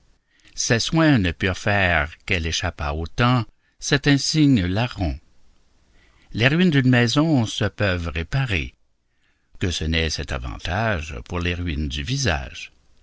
ses soins ne purent faire qu'elle échappât au temps cet insigne larron les ruines d'une maison se peuvent réparer que n'est cet avantage pour les ruines du visage